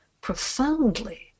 profoundly